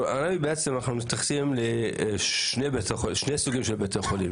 אנחנו מתייחסים לשני סוגים של בתי חולים,